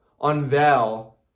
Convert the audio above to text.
unveil